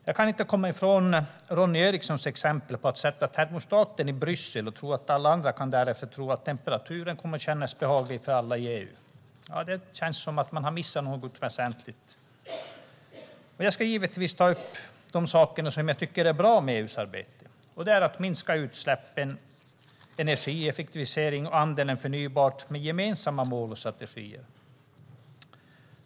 Jag kan inte bortse från Ronny Erikssons exempel om att placera termostaten i Bryssel och sedan tro att temperaturen känns behaglig för alla i hela EU. Det känns som att man har missat något väsentligt. Jag ska givetvis ta upp de saker som jag tycker är bra med EU:s arbete, nämligen att minska utsläppen, energieffektivisering och att bestämma andelen förnybart med hjälp av gemensamma mål och strategier.